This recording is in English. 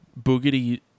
Boogity